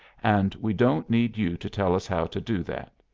and we don't need you to tell us how to do that.